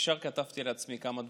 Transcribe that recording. מייד כתבתי לעצמי כמה דברים.